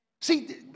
See